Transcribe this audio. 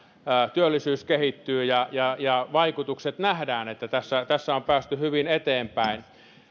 työllisyys kehittyy ja ja vaikutukset nähdään se että tässä tässä on päästy hyvin eteenpäin